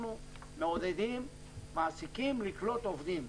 אנחנו מעודדים מעסיקים לקלוט עובדים.